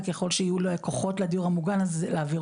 וככל שיהיו לקוחות לדיור המוגן אז להעביר